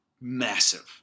massive